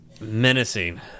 menacing